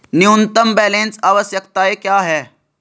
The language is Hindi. न्यूनतम बैलेंस आवश्यकताएं क्या हैं?